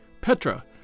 Petra